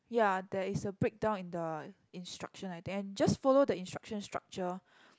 ya there is a breakdown in the instruction I think and just follow the instruction structure